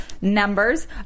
numbers